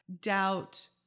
doubt